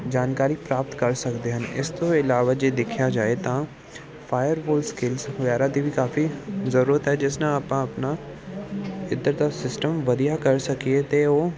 ਜਾਣਕਾਰੀ ਪ੍ਰਾਪਤ ਕਰ ਸਕਦੇ ਹਨ ਇਸ ਤੋਂ ਇਲਾਵਾ ਜੇ ਦੇਖਿਆ ਜਾਏ ਤਾਂ ਫਾਇਰਬੋਲ ਸਕਿਲਸ ਵਗੈਰਾ ਦੀ ਵੀ ਕਾਫੀ ਜ਼ਰੂਰਤ ਹੈ ਜਿਸ ਨਾਲ ਆਪਾਂ ਆਪਣਾ ਇੱਧਰ ਦਾ ਸਿਸਟਮ ਵਧੀਆ ਕਰ ਸਕੀਏ ਅਤੇ ਉਹ